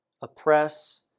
oppress